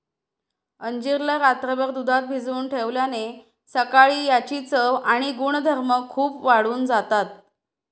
अंजीर ला रात्रभर दुधात भिजवून ठेवल्याने सकाळी याची चव आणि गुणधर्म खूप वाढून जातात